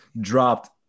dropped